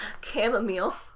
chamomile